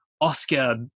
Oscar